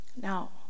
Now